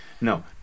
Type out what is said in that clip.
no